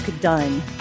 Done